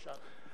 בבקשה.